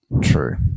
True